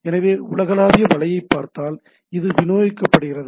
எனவே உலகளாவிய வலையைப் பார்த்தால் இது விநியோகிக்கப்படுகிறது